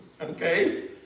Okay